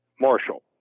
Marshall